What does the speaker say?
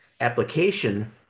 application